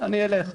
אני אלך"